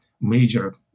major